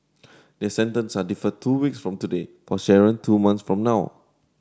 their sentence are deferred two weeks from today for Sharon two months from now